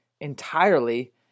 entirely